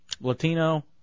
Latino